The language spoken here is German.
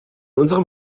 unserem